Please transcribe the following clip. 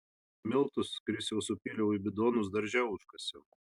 miltus krisiau supyliau į bidonus darže užkasiau